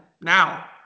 now